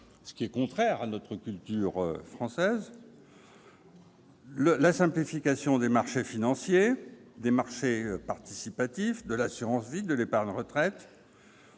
si c'est contraire à notre culture française ; la simplification des marchés financiers, des marchés participatifs, de l'assurance vie, de l'épargne retraite